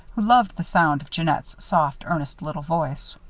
loved the sound of jeannette's soft, earnest little voice.